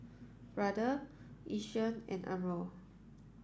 Brother Yishion and Umbro